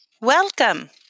Welcome